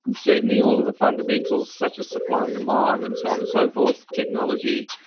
certainly all of the fundamentals such as supply and demand and so on and so forth, technology.